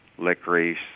licorice